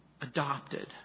adopted